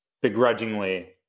begrudgingly